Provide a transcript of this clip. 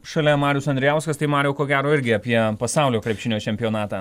šalia marius andrijauskas tai mariau ko gero irgi apie pasaulio krepšinio čempionatą